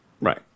right